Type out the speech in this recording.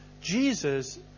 Jesus